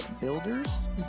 Builders